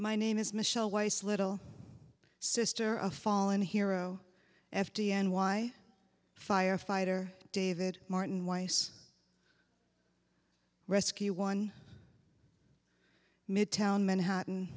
my name is michelle weiss little sister of fallen hero f t n y firefighter david martin weiss rescue one midtown manhattan